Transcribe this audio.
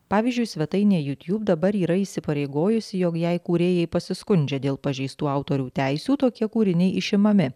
pavyzdžiui svetainė youtube dabar yra įsipareigojusi jog jei kūrėjai pasiskundžia dėl pažeistų autorių teisių tokie kūriniai išimami